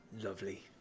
Lovely